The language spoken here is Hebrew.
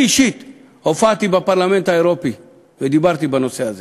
אני אישית הופעתי בפרלמנט האירופי ודיברתי בנושא הזה,